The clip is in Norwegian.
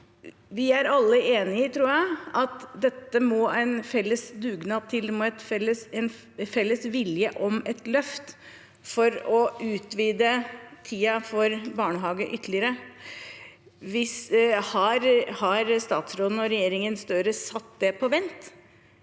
vi alle er enige om at det må en felles dugnad til, det må være en felles vilje om et løft, for å utvide tiden for barnehage ytterligere. Har statsråden og regjeringen Støre satt det på vent?